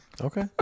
Okay